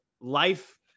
life